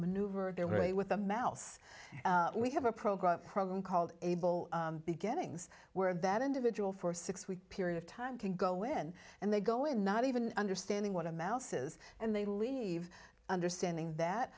maneuver their way with them else we have a program a program called able beginnings where that individual for a six week period of time can go in and they go in not even understanding what a mouse is and they leave understanding that